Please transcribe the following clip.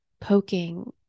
poking